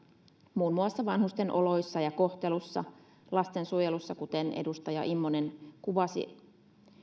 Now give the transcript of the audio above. muun muassa vanhusten oloissa ja kohtelussa lastensuojelussa kuten edustaja immonen kuvasi